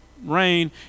rain